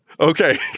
Okay